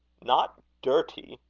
not dirty?